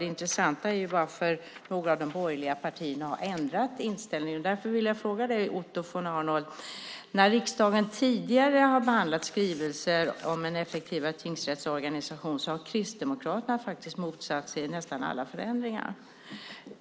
Det intressanta är varför några av de borgerliga partierna har ändrat inställning. Därför vill jag ställa en fråga till dig, Otto von Arnold. När riksdagen tidigare har behandlat skrivelser om en effektivare tingsrättsorganisation har Kristdemokraterna motsatt sig nästan alla förändringar.